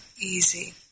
easy